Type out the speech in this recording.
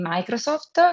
Microsoft